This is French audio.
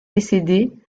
décédée